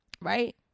right